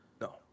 No